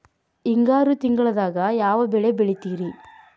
ಹಿಂಗಾರು ತಿಂಗಳದಾಗ ಯಾವ ಬೆಳೆ ಬೆಳಿತಿರಿ?